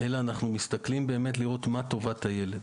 אלא אנחנו מסתכלים לראות מה טובת הילד.